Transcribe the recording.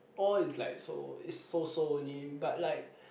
all is like so is so so only but like